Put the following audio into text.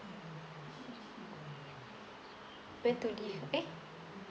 where to leave eh